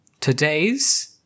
today's